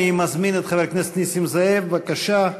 אני מזמין את חבר הכנסת נסים זאב, בבקשה.